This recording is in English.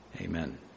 Amen